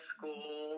School